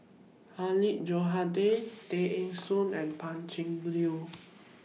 Hilmi Johandi Tay Eng Soon and Pan Cheng Lui